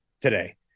today